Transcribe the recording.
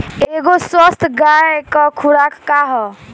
एगो स्वस्थ गाय क खुराक का ह?